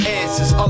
answers